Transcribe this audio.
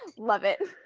love it.